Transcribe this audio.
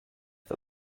for